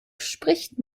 spricht